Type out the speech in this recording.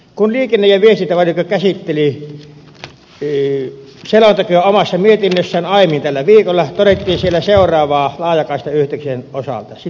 kun liikenne ja viestintävaliokunta käsitteli selontekoa omassa mietinnössään aiemmin tällä viikolla todettiin siellä seuraavaa laajakaistayhteyksien osalta